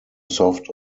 soft